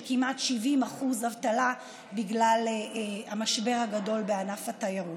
כמעט 70% אבטלה בגלל המשבר הגדול בענף התיירות.